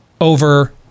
over